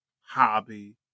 hobby